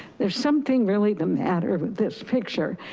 there's something really the matter with this picture,